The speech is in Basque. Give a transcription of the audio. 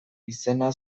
izena